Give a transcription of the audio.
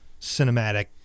cinematic